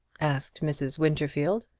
asked mrs. winterfield.